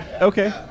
Okay